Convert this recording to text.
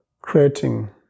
creating